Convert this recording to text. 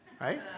right